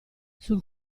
sul